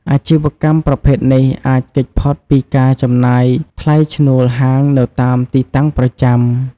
អាជីវកម្មប្រភេទនេះ អាចគេចផុតពីការចំណាយថ្លៃឈ្នួលហាងនៅតាមទីតាំងប្រចាំ។